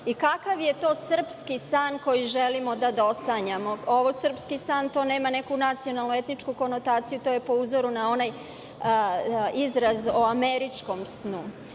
i kakav je to „srpski san“ koji želimo da dosanjamo. Ovo „srpski san“, to nema neku nacionalno-etničku konotaciju, to je po uzoru na onaj izraz o „američkom snu“.